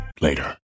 later